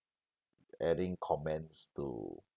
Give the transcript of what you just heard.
adding comments to